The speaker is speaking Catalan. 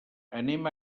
anem